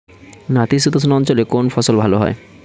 নাতিশীতোষ্ণ অঞ্চলে কোন ফসল ভালো হয়?